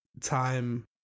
time